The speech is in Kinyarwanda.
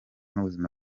n’ubuzima